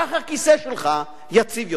כך הכיסא שלך יציב יותר.